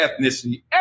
ethnicity